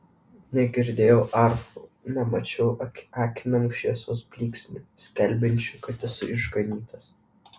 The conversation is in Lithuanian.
negirdėjau arfų nemačiau akinamų šviesos blyksnių skelbiančių kad esu išganytas